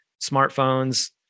smartphones